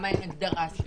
למה אין הגדרה ספציפית?